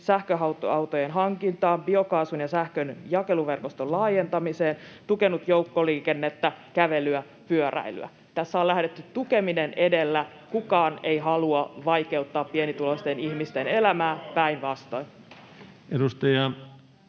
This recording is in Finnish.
sähköautojen hankintaan, biokaasun ja sähkön jakeluverkoston laajentamiseen, tukeneet joukkoliikennettä, kävelyä, pyöräilyä. Tässä on lähdetty tukeminen edellä. [Juha Mäenpään välihuuto] Kukaan ei halua vaikeuttaa pienituloisten ihmisten elämää, päinvastoin. [Speech